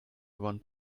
one